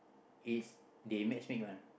is they match make one